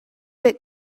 bit